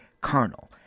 carnal